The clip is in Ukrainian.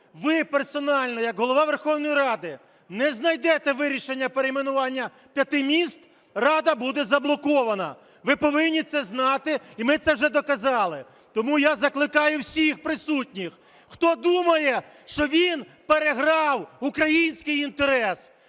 ви персонально як Голова Верховної Ради не знайдете вирішення перейменування п'яти міст, Рада буде заблокована. Ви повинні це знати, і ми це вже доказали. Тому я закликаю всіх присутніх, хто думає, що він переграв український інтерес,